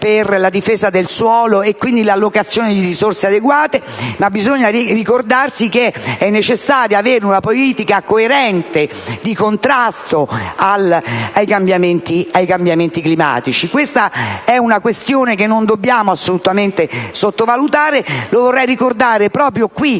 per la difesa del suolo e quindi allocare risorse adeguate, ma bisognerà ricordarsi che è necessario avere una politica coerente di contrasto ai cambiamenti climatici. È una questione che non dobbiamo assolutamente sottovalutare, lo vorrei ricordare proprio qui,